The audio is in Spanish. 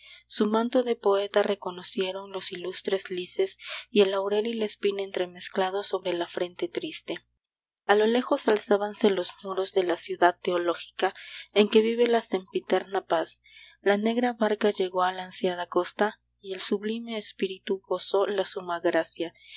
su manto de poeta reconocieron los ilustres lises y el laurel y la espina entremezclados sobre la frente triste a lo lejos alzábanse los muros de la ciudad teológica en que vive la sempiterna paz la negra barca llegó a la ansiada costa y el sublime espíritu gozó la suma gracia